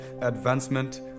advancement